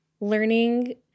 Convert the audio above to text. learning